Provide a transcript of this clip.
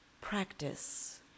practice